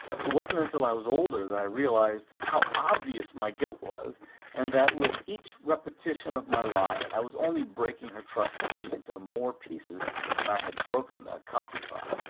it wasn't until i was older that i realized how obvious my guilt was and that with each repetition of my lie, i was only breaking her trust in me into more pieces than i had broken that coffee pot.